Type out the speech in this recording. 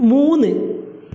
മൂന്ന്